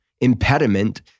impediment